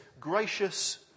gracious